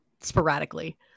sporadically